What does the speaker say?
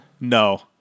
No